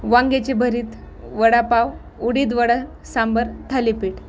वांग्याचे भरीत वडापाव उडीद वडा सांबर थालीपीठ